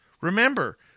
Remember